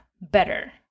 better